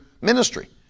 ministry